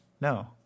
No